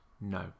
No